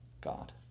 God